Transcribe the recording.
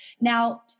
Now